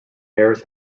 harris